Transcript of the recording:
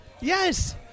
Yes